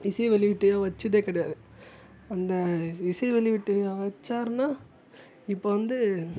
இசை வெளியிட்டு விழா வச்சதே கிடையாது அந்த இசை வெளியிட்டு விழாவை வச்சார்ன்னா இப்போ வந்து